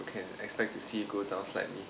can expect to see go down slightly